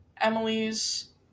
Emily's